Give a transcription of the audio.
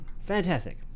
fantastic